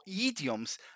idioms